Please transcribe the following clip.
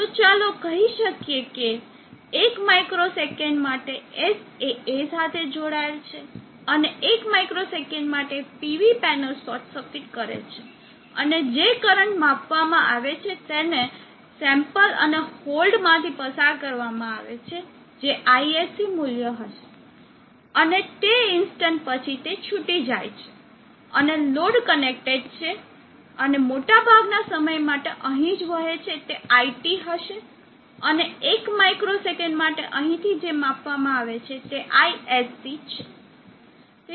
તો ચાલો કહી શકીએ કે એક માઇક્રો સેકંડ માટે S એ A સાથે જોડાયેલ છે અને એક માઇક્રો સેકંડ માટે PV પેનલ શોર્ટ સર્કિટ કરે છે અને જે કરંટ માપવામાં આવે છે તેને સેમ્પલ અને હોલ્ડ માંથી પસાર કરવા માં આવે છે જે ISC મૂલ્ય હશે અને તે ઇન્સ્ટન્ટ પછી તે છુટી જાય છે અને લોડ કનેક્ટેડ છે અને મોટાભાગના સમય માટે અહીં જે વહે છે તે iT હશે અને એક માઇક્રો સેકન્ડ માટે અહી થી જે માપવામાં આવે છે તે ISC છે